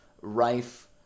rife